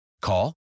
call